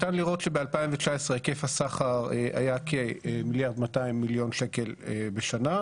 ניתן לראות שב-2019 היקף הסחר היה כמיליארד מאתיים מיליון שקל בשנה,